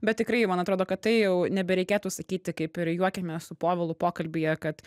bet tikrai jau man atrodo kad tai jau nebereikėtų sakyti kaip ir juokiamės su povilu pokalbyje kad